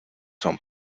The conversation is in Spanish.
son